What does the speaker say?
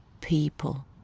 people